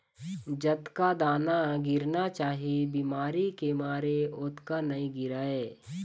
जतका दाना गिरना चाही बिमारी के मारे ओतका नइ गिरय